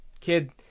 Kid